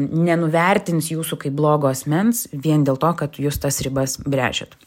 nenuvertins jūsų kaip blogo asmens vien dėl to kad jūs tas ribas brežiat